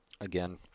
again